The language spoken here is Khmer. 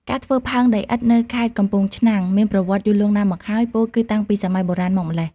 ការធ្វើផើងដីឥដ្ឋនៅខេត្តកំពង់ឆ្នាំងមានប្រវត្តិយូរលង់ណាស់មកហើយ ពោលគឺតាំងពីសម័យបុរាណមកម្ល៉េះ។